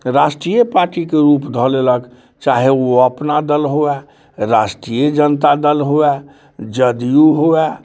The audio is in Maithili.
राष्ट्रीय पार्टीके रूप धऽ लेलक चाहे उ अपना दल हुवे चाहे राष्ट्रीय जनता दल हुए जदयू हुवे